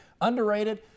Underrated